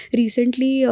recently